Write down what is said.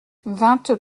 vingt